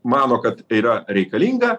mano kad yra reikalinga